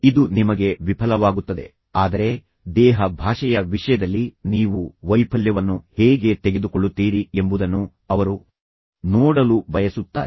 ಇದು ನಿಮಗೆ ವಿಫಲವಾಗುತ್ತದೆ ಆದರೆ ದೇಹ ಭಾಷೆಯ ವಿಷಯದಲ್ಲಿ ನೀವು ವೈಫಲ್ಯವನ್ನು ಹೇಗೆ ತೆಗೆದುಕೊಳ್ಳುತ್ತೀರಿ ಎಂಬುದನ್ನು ಅವರು ನೋಡಲು ಬಯಸುತ್ತಾರೆ